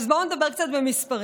אז בואו נדבר קצת במספרים.